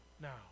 now